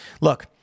Look